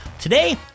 Today